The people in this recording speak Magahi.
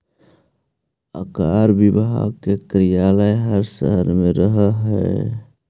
आयकर विभाग के कार्यालय हर शहर में रहऽ हई